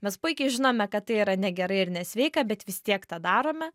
mes puikiai žinome kad tai yra negerai ir nesveika bet vis tiek tą darome